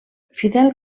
fidel